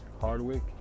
Hardwick